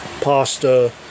pasta